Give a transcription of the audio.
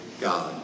God